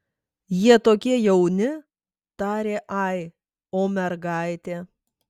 jie tokie jauni tarė ai o mergaitė